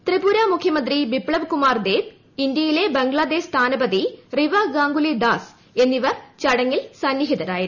ത്രിപുര മുഖ്യമന്ത്രി ബിപ്ളവ് കുമാർ ദേബ് ഇന്ത്യയിലെ ബംഗ്ലാദേശ് സ്ഥാനപതി റിവ ഗാംഗുലി ദാസ് എന്നിവർ സന്നിഹിതരായിരുന്നു